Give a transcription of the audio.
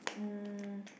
um